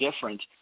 different